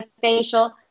facial